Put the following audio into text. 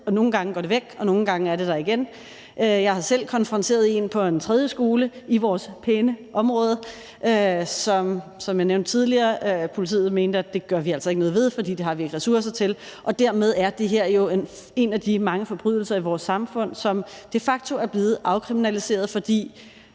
Nogle gange går det væk, og nogle gange er det der igen. Jeg har selv konfronteret en på en tredje skole i vores pæne område, som jeg nævnte tidligere. Politiet sagde: Det gør vi altså ikke noget ved, fordi vi ikke har ressourcer til det. Dermed er det her jo en af de mange forbrydelser i vores samfund, som de facto er blevet afkriminaliseret, fordi